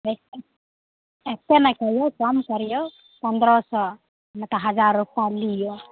एतेक नहि कहिऔ कम करिऔ पनरह सओ नहि तऽ हजार रुपैआ लिऔ